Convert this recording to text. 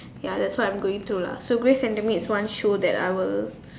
ya that's why I am going to lah so Grace and the maids one show that I will